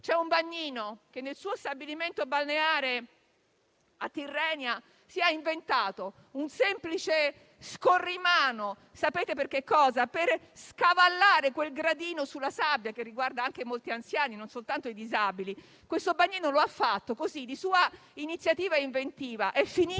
C'è un bagnino che nel suo stabilimento balneare a Tirrenia si è inventato un semplice corrimano per scavallare il gradino sulla sabbia, problema che riguarda anche molti anziani e non soltanto i disabili. Questo bagnino lo ha fatto, di sua iniziativa ed inventiva,